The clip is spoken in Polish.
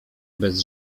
bez